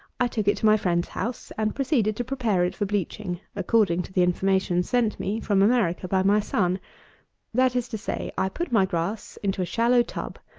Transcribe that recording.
i took it to my friend's house, and proceeded to prepare it for bleaching, according to the information sent me from america by my son that is to say, i put my grass into a shallow tub,